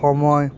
সময়